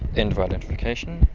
end of identification.